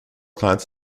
clients